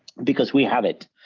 because we have it,